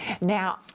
Now